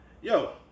yo